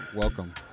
Welcome